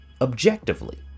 Objectively